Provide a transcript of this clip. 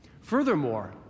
Furthermore